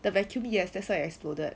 the vacuum yes that's why it exploded